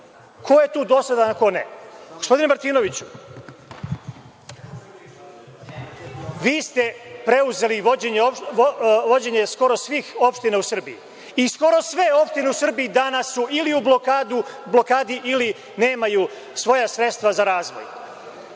Ko je tu dosledan, a ko ne? Gospodine Martinoviću, vi ste preuzeli vođenje skoro svih opština u Srbiji i skoro sve opštine u Srbiji danas su ili u blokadi ili nemaju svoja sredstva za razvoj.